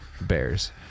bears